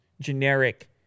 generic